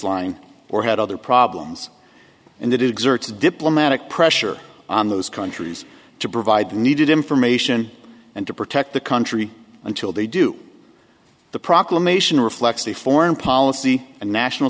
line or had other problems and it exerts diplomatic pressure on those countries to provide the needed information and to protect the country until they do the proclamation reflects a foreign policy and national